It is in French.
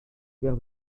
clair